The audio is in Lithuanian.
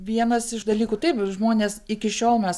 vienas iš dalykų taip žmonės iki šiol mes